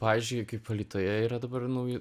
pavyzdžiui kaip alytuje yra dabar nauji